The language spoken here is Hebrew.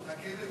תוצאות